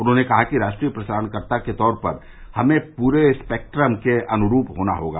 उन्होंने कहा कि राष्ट्रीय प्रसारणकर्ता के तौर पर हमें पूरे स्पैक्ट्रम के अनुरूप होना होगा